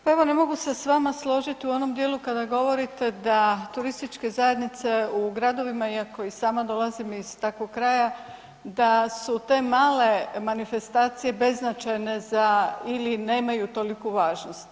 Pa evo ne mogu se s vama složit u onom dijelu kada govorite da turističke zajednice u gradovima iako i sama dolazim iz takvog kraja da su te male manifestacije beznačajne za ili nemaju toliku važnost.